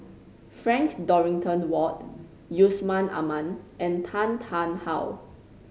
Frank Dorrington Ward Yusman Aman and Tan Tarn How